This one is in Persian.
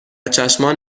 چشمان